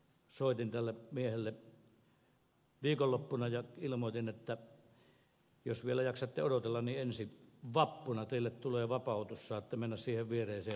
soitin tälle miehelle viikonloppuna ja ilmoitin että jos vielä jaksatte odotella niin ensi vappuna teille tulee vapautus ja saatte mennä siihen viereiseen terveyskeskukseen